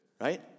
Right